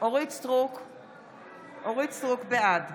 אורית מלכה סטרוק, בעד